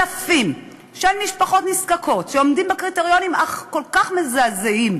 אלפים של משפחות נזקקות שעומדות בקריטריונים הכל-כך מזעזעים,